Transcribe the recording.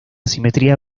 simetría